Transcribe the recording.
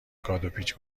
کادوپیچ